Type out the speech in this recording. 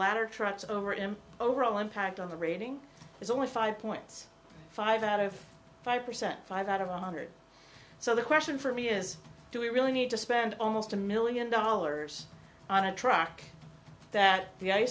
ladder trucks over him overall impact on the rating is only five points five out of five percent five out of honored so the question for me is do we really need to spend almost a million dollars on a truck that the